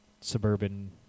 suburban